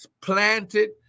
planted